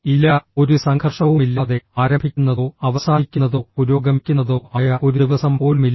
ഇല്ല ഒരു സംഘർഷവുമില്ലാതെ ആരംഭിക്കുന്നതോ അവസാനിക്കുന്നതോ പുരോഗമിക്കുന്നതോ ആയ ഒരു ദിവസം പോലുമില്ല